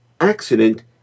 accident